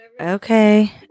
Okay